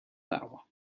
bouwen